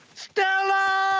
stella!